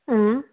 অঁ